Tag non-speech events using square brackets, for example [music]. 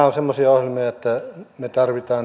[unintelligible] ovat semmoisia ohjelmia että me tarvitsemme [unintelligible]